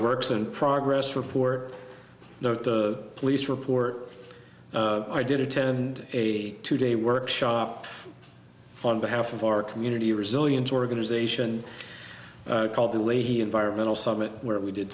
works in progress for poor no police report i did attend a two day workshop on behalf of our community resilience organisation called the lady environmental summit where we did